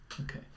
Okay